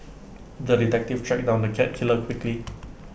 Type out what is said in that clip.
the detective tracked down the cat killer quickly